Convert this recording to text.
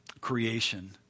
creation